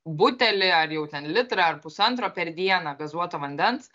butelį ar jau ten litrą ar pusantro per dieną gazuoto vandens